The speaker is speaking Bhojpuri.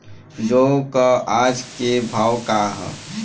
जौ क आज के भाव का ह?